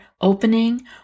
opening